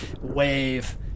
wave